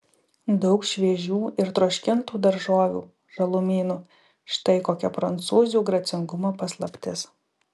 daug šviežių ir troškintų daržovių žalumynų štai kokia prancūzių gracingumo paslaptis